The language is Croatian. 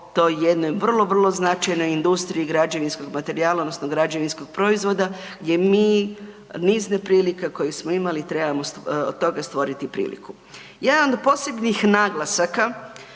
toj jednoj vrlo, vrlo značajnoj industriji građevinskog materijala odnosno građevinskog proizvoda gdje mi niz neprilika koje smo imali trebamo od toga stvoriti priliku. Jedan od posebnih naglasaka